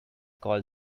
call